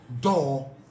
door